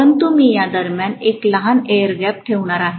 परंतु मी या दरम्यान एक लहान एअर गॅप ठेवणार आहे